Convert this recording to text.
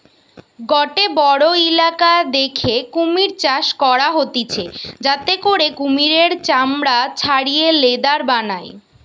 গটে বড়ো ইলাকা দ্যাখে কুমির চাষ করা হতিছে যাতে করে কুমিরের চামড়া ছাড়িয়ে লেদার বানায়